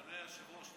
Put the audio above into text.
אדוני היושב-ראש,